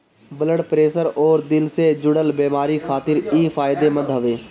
blood pressure अउरी दिल से जुड़ल बेमारी खातिर इ फायदेमंद हवे